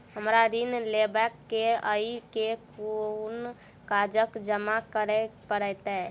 हमरा ऋण लेबै केँ अई केँ कुन कागज जमा करे पड़तै?